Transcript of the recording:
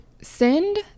send